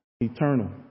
eternal